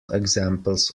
examples